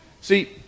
See